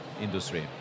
industry